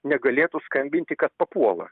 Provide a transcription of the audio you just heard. negalėtų skambinti kas papuola